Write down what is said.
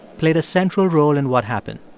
played a central role in what happened.